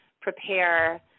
prepare